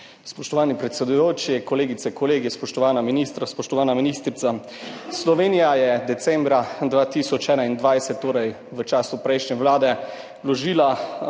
Spoštovani predsedujoči, kolegice, kolegi, spoštovana ministra, spoštovana ministrica! Slovenija je decembra 2021, torej v času prejšnje vlade, vložila